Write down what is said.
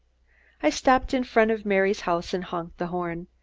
i stopped in front of mary's house and honked the horn.